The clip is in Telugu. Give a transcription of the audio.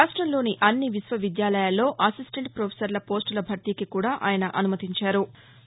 రాష్టంలోని అన్ని విశ్వవిద్యాలయాల్లో అసిస్టెంట్ ప్రొఫెసర్ల పోస్టుల భర్తీకి కూడా ఆయన అనుమతించారు